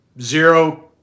Zero